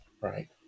Right